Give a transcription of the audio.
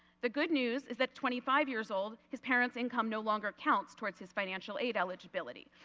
the good news is that twenty five years old his parents income no longer counts towards his financial aid eligibility.